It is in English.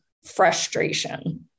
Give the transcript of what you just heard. frustration